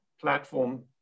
platform